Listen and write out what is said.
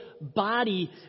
body